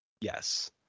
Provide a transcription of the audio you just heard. Yes